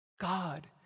God